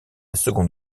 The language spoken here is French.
seconde